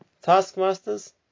Taskmasters